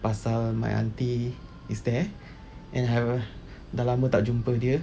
pasal my aunty is there and I uh dah lama tak jumpa dia